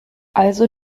also